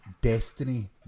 Destiny